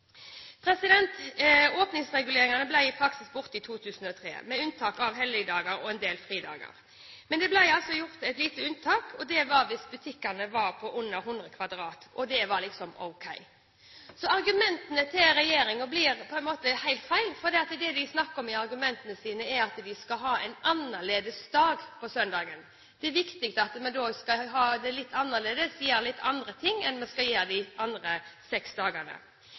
Åpningsreguleringene ble i praksis borte i 2003, med unntak av helligdager og en del fridager. Men det ble altså gjort et lite unntak, det var hvis butikkene var på under 100 m2. Det var liksom ok. Så argumentene til regjeringen blir på en måte helt feil, fordi det de snakker om, er at de skal ha en annerledes dag på søndagen. Det er viktig at vi da skal ha det litt annerledes, gjøre litt andre ting enn det vi skal gjøre de andre seks dagene.